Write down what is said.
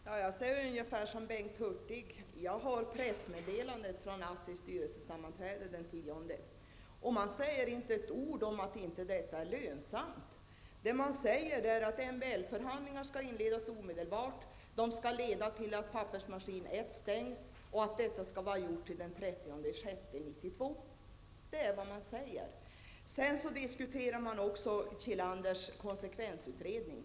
Herr talman! Jag säger ungefär som Bengt Hurtig. Jag har pressmeddelandet från ASSIs styrelsesammanträde den 10 oktober. Där sägs inte ett ord om att detta inte är lönsamt. Det som sägs är att MBL-förhandlingar skall inledas omedelbart. De skall leda till att pappersmaskinen PM 1 stängs, och detta skall vara gjort till den 13 juni 1992. Det är vad som sägs. I pressmeddelandet diskuteras också Kilanders konsekvensutredning.